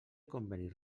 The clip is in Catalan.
convenis